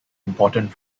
important